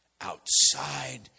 outside